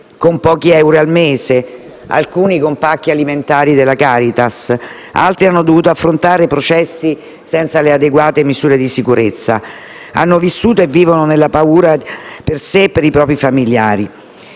con pochi euro al mese. Alcuni con pacchi alimentari della Caritas, altri hanno dovuto affrontare processi senza le adeguate misure di sicurezza. Hanno vissuto e vivono nella paura per sé e per i propri familiari.